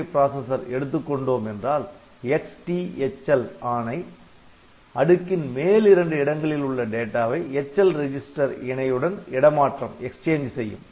8085 processor எடுத்துக்கொண்டோம் என்றால் XTHL ஆணை அடுக்கின் மேல்இரண்டு இடங்களில் உள்ள டேட்டாவை HL ரெஜிஸ்டர் இணையுடன் இடமாற்றம் செய்யும்